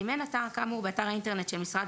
ואם אין אתר כאמור באתר האינטרנט של משרד